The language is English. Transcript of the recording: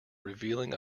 revealing